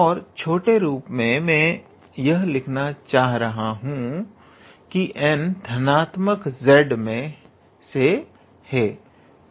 और छोटे रूप में मैं यह लिखना चाह रहा हूं कि n धनात्मक Z में से है